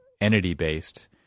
entity-based